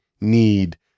need